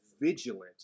vigilant